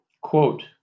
Quote